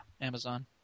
Amazon